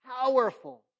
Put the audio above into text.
powerful